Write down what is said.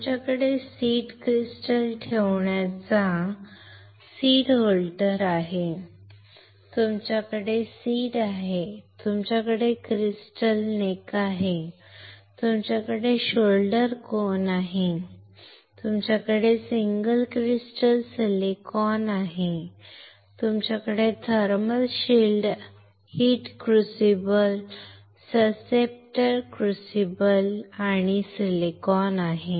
तुमच्याकडे seed crystal ठेवण्याचा अधिकार सीड होल्डर आहे तुमच्याकडे सीड आहे तुमच्याकडे क्रिस्टल नेकआहे तुमच्याकडे शोल्डर कोन आहे तुमच्याकडे सिंगल क्रिस्टल सिलिकॉन आहे तुमच्याकडे thermal shield heater crucible susceptor crucible आणि सिलिकॉन आहे